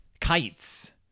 kites